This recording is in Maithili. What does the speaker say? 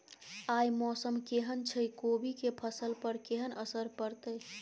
आय मौसम केहन छै कोबी के फसल पर केहन असर परतै?